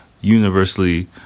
universally